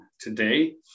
today